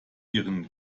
ihren